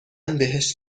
بهش